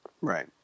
Right